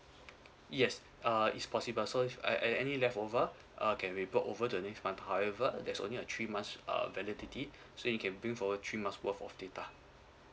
yes uh is possible so if a~ a~ any leftover err can be brought over to the next month however there's only a three months uh validity so you can bring forward three months worth of data